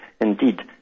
Indeed